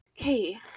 okay